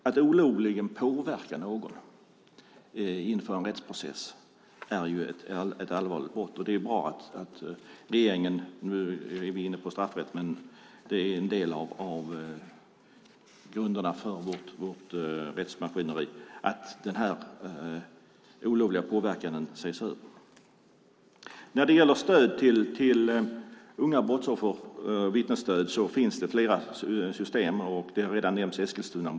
Att olovligen påverka någon inför en rättsprocess är också ett allvarligt brott. Det är bra att regeringen ser över denna olovliga påverkan. Nu är vi inne på straffrätt, men det är en del av grunderna för vårt rättsmaskineri. Det finns flera system för vittnesstöd till unga brottsoffer. Eskilstunamodellen har redan nämnts.